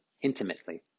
intimately